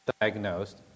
diagnosed